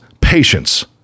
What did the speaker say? patience